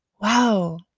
wow